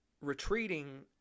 retreating